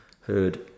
Heard